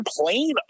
complain